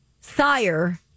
sire